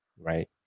right